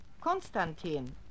Konstantin